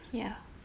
ya